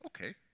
okay